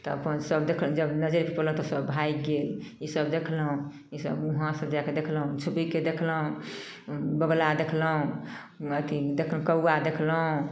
तऽ अपन सब देखलहुँ जखन नजरि पड़ल तऽ सब भागि गेल ईसब देखलहुँ ईसब हुआँ से जाकऽ देखलहुँ छुपकिके देखलहुँ बौगुला देखलहुँ अथी देख कौआ देखलहुँ